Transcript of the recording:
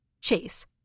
chase